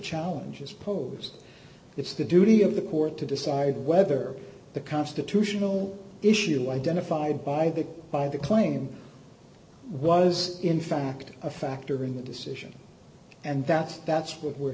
challenges posed it's the duty of the court to decide whether the constitutional issue identified by the by the claim was in fact a factor in the decision and that's that's what we're